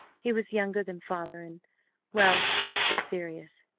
he was younger than father, and well, not so serious.